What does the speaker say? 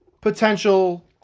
Potential